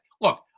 look